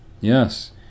Yes